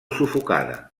sufocada